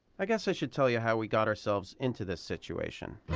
i guess i should tell you how we got ourselves into this situation.